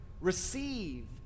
receive